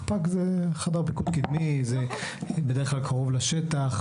חפ"ק זה חדר פיקוד קדמי, זה בדרך כלל קרוב לשטח.